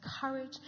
courage